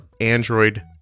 Android